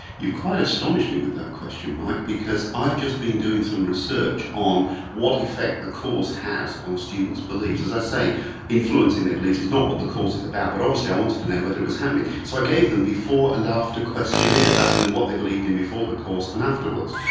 you quite astonish me with that question, mike, because because i've just been doing some research on what effect the course has on students' beliefs. as i say influencing their beliefs is not what the course is about, but obviously i wanted to know whether it was happening. so i gave them before and after questionnaires asking them what they believed in before the course and afterwards.